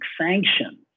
sanctions